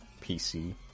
PC